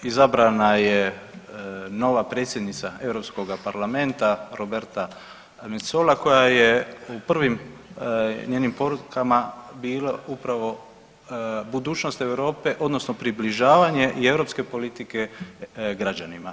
Izabrana je nova predsjednica Europskoga parlamenta Roberta Metsola koja je u prvim njenim porukama bilo upravo budućnost Europe odnosno približavanje i europske politike građanima.